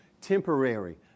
temporary